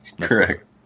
Correct